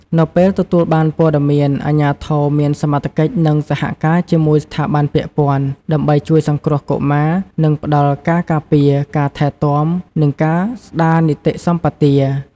នៅពេលទទួលបានព័ត៌មាន អាជ្ញាធរមានសមត្ថកិច្ចនឹងសហការជាមួយស្ថាប័នពាក់ព័ន្ធ ដើម្បីជួយសង្គ្រោះកុមារ និងផ្ដល់ការការពារ ការថែទាំ និងការស្ដារនីតិសម្បទា។